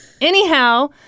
Anyhow